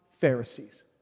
Pharisees